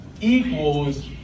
equals